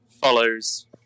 follows